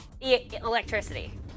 Electricity